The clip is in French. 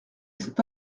cet